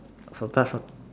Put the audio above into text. from